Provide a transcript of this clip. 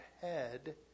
head